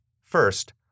First